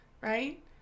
Right